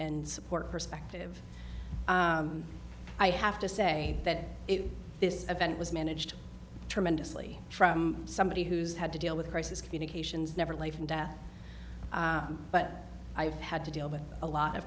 and support perspective i have to say that this event was managed tremendously from somebody who's had to deal with crisis communications never life and death but i've had to deal with a lot of